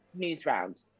Newsround